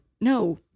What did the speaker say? No